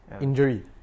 injury